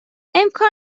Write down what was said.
امکان